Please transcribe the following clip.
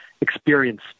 experience